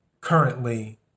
currently